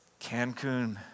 Cancun